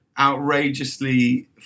outrageously